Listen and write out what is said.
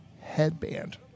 headband